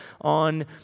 on